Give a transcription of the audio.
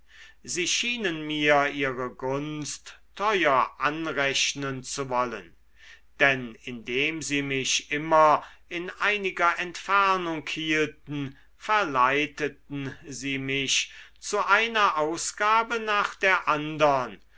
sie schienen mir ihre gunst teuer anrechnen zu wollen denn indem sie mich immer in einiger entfernung hielten verleiteten sie mich zu einer ausgabe nach der andern